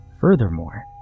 Furthermore